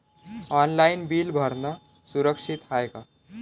Online bill भरनं सुरक्षित हाय का?